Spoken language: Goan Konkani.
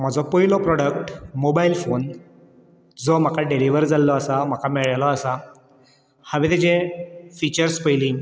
म्हजो पयलो प्रोडक्ट मोबायल फोन जो म्हाका डिलीवर जाल्लो आसा म्हाका मेयळेळो आसा हांवें तेजें फिचर्स पयलीं